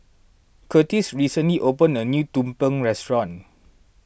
Kurtis recently opened a new Tumpeng restaurant